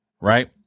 right